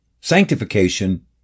sanctification